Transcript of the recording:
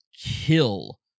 kill